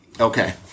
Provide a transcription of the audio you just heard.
Okay